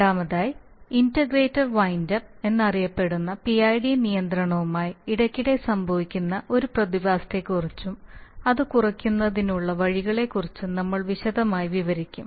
രണ്ടാമതായി integrator wind up എന്നറിയപ്പെടുന്ന PID നിയന്ത്രണവുമായി ഇടയ്ക്കിടെ സംഭവിക്കുന്ന ഒരു പ്രതിഭാസത്തെക്കുറിച്ചും അത് കുറയ്ക്കുന്നതിനുള്ള വഴികളെക്കുറിച്ചും നമ്മൾ വിശദമായി വിവരിക്കും